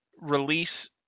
release